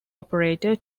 operator